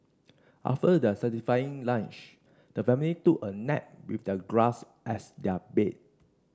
after their satisfying lunch the family took a nap with the grass as their bed